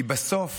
כי בסוף